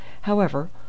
However